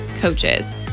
coaches